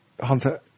Hunter